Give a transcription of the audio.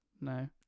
No